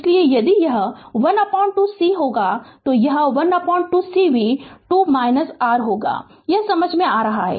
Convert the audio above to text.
इसलिए यदि यह 12 c होगा तो यह 12 c v 2 r होगा यह समझ में आता है